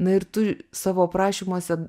na ir tu savo aprašymuose